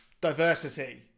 Diversity